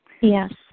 Yes